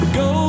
go